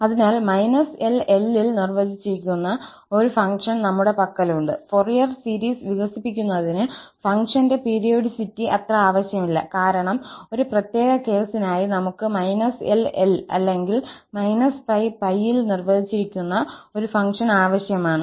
അതിനാൽ −𝑙 𝑙 ൽ നിർവ്വചിച്ചിരിക്കുന്ന ഒരു ഫംഗ്ഷൻ നമ്മുടെ പക്കലുണ്ട് ഫോറിയർ സീരീസ് വികസിപ്പിക്കുന്നതിന് ഫംഗ്ഷന്റെ പീരിയോഡിസിറ്റി അത്ര ആവശ്യമില്ല കാരണം ഒരു പ്രത്യേക കേസിനായി നമുക് −𝑙 𝑙 അല്ലെങ്കിൽ −𝜋 𝜋 ൽ നിർവചിച്ചിരിക്കുന്ന ഒരു ഫംഗ്ഷൻ ആവശ്യമാണ്